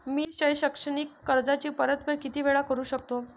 मी शैक्षणिक कर्जाची परतफेड किती वेळात करू शकतो